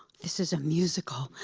this is a musical.